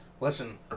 listen